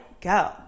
go